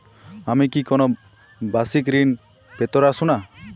আমি কি কোন বাষিক ঋন পেতরাশুনা?